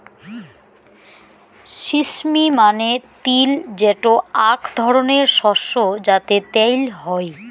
sesame মানে তিল যেটো আক ধরণের শস্য যাতে ত্যাল হই